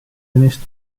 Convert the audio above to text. finished